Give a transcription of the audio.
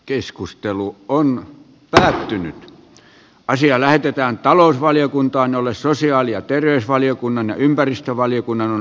keskustelu on pysähtynyt asia lähetetään talousvaliokuntaan jolle sosiaali ja terveysvaliokunnan ympäristövaliokunnan on